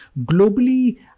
globally